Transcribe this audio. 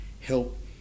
help